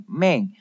main